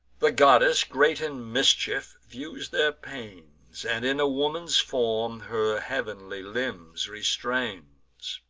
the goddess, great in mischief, views their pains, and in a woman's form her heav'nly limbs restrains.